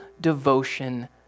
devotion